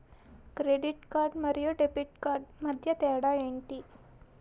Credit card మరియు debit card మధ్య తేడా ఎంటి?